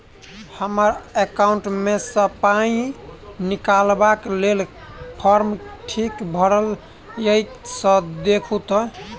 हम्मर एकाउंट मे सऽ पाई निकालबाक लेल फार्म ठीक भरल येई सँ देखू तऽ?